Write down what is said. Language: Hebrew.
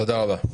תודה רבה.